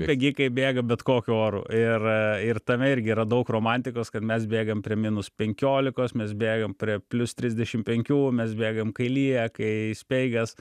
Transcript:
bėgikai bėga bet kokiu oru ir ir tame irgi yra daug romantikos kad mes bėgam prie minus penkiolikos mes bėgam prie plius trisdešimt penkių mes bėgam kai lyja kai speigas